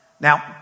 Now